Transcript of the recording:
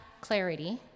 clarity